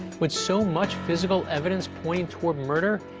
with so much physical evidence pointing toward murder,